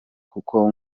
kuko